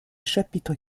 chapitre